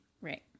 Right